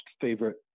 favorite